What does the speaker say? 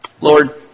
Lord